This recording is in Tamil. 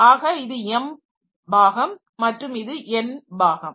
ஆக இது m பாகம் மற்றும் இது n பாகம்